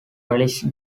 relish